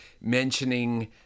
mentioning